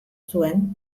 zuen